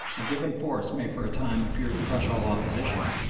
a given force may for a time appear to crush all opposition,